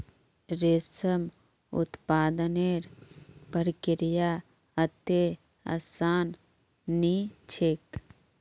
रेशम उत्पादनेर प्रक्रिया अत्ते आसान नी छेक